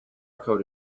code